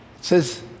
says